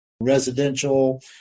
residential